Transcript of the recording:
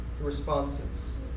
responses